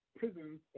prisons